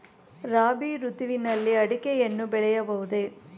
ರಾಬಿ ಋತುವಿನಲ್ಲಿ ಅಡಿಕೆಯನ್ನು ಬೆಳೆಯಬಹುದೇ?